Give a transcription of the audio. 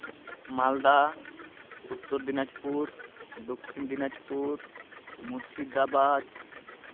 Malda Uttar Dinajpur Dakshin Dinajpur Murshidabad